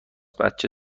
بچه